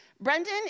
Brendan